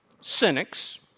cynics